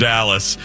Dallas